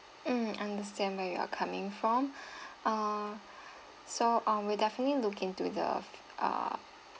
mm understand where you are coming from uh so uh we'll definitely look into the uh